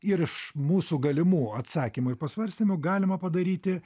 ir iš mūsų galimų atsakymų ir pasvarstymų galima padaryti